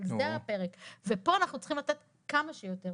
על זה הפרק ופה אנחנו צריכים לתת כמה שיותר.